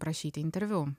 prašyti interviu